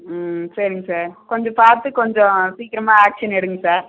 ம் சரிங்க சார் கொஞ்சம் பார்த்து கொஞ்சம் சீக்கரமாக ஆக்ஷன் எடுங்க சார்